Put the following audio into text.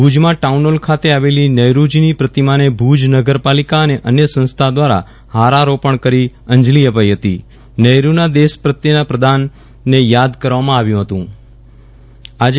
ભુજમાં ટાઉનહોલ ખાતે આવેલી નહેરુજી ની પ્રતિમા ને ભુજ નગરપાલિકા અનેઅન્ય સંસ્થા દ્વારા હારારોપણ કરી અંજલી અપાઈ હતી નહેરુ નાં દેશ પ્રત્યે નાં પ્રદાન યાદ કરવામાં આવ્યું હત્તું